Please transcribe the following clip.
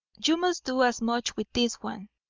you must do as much with this one.